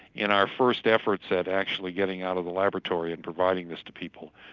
in our first efforts at actually getting out of the laboratory and providing this to people,